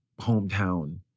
hometown